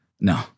No